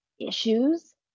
issues